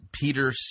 Peter